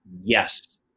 Yes